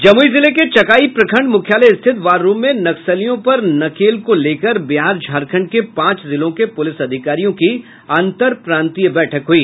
जमुई जिले के चकाई प्रखंड मुख्यालय स्थित वार रूम में नक्सलियों पर लगाम को लेकर बिहार झारखंड के पांच जिलों के पुलिस अधिकारियों की अंतरप्रांतीय बैठक हुई